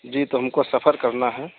جی تو ہم کو سفر کرنا ہے